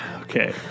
Okay